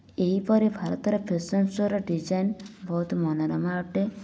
ଏହିପରି ଭାରତର ଫ୍ୟାଶନ୍ ସୋର ଡିଜାଇନ୍ ବହୁତ ମନୋରମ ଅଟେ